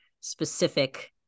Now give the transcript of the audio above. specific